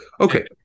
Okay